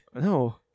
No